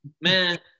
Man